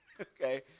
okay